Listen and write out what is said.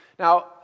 Now